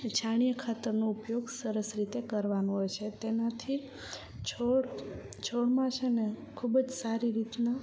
છાણિયા ખાતરનો ઉપયોગ સરસ રીતે કરવાનો હોય છે તેનાથી છોડ છોડમાં છે ને ખૂબ જ સારી રીતના